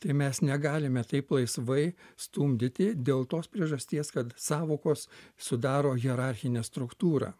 tai mes negalime taip laisvai stumdyti dėl tos priežasties kad sąvokos sudaro hierarchinę struktūrą